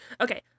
Okay